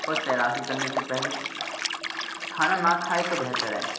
اور تیراکی کرنے سے پہلے کھانا نہ کھائے تو بہتر ہے